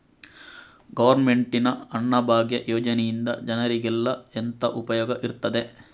Government ನ ಅನ್ನಭಾಗ್ಯ ಯೋಜನೆಯಿಂದ ಜನರಿಗೆಲ್ಲ ಎಂತ ಉಪಯೋಗ ಇರ್ತದೆ?